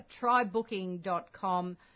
trybooking.com